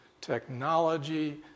Technology